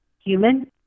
human